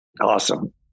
Awesome